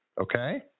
okay